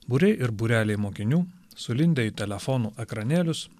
būriai ir būreliai mokinių sulindę į telefonų ekranėlius